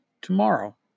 tomorrow